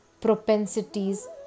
propensities